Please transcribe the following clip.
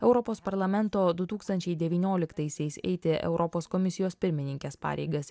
europos parlamento du tūkstančiai devynioliktaisiais eiti europos komisijos pirmininkės pareigas